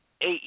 eight